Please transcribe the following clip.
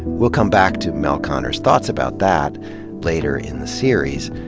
we'll come back to mel konner s thoughts about that later in the series,